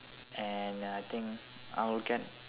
and uh I think I'll get